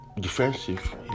defensive